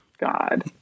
god